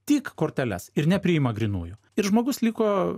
tik korteles ir nepriima grynųjų ir žmogus liko